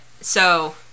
so-